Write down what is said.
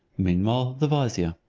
meanwhile, the vizier.